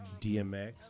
DMX